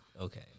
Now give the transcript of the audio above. Okay